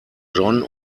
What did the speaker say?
john